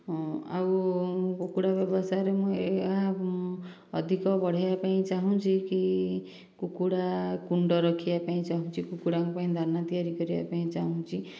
ଆଉ ମୁଁ କୁକୁଡ଼ା ବ୍ୟବସାୟ ରେ ମୁଁ ଏହା ଅଧିକ ବଢ଼ାଇବାକୁ ଚାହୁଁଛି କି କୁକୁଡା କୁଣ୍ଡ ରଖିବା ପାଇଁ ଚାହୁଁଛି କୁକୁଡ଼ା ଙ୍କ ପାଇଁ ଦାନା ତିଆରି କରିବାକୁ ଚାଁହୁଛି